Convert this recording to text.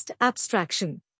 Abstraction